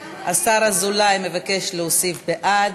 השר אזולאי מבקש להוסיף בעד,